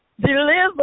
deliver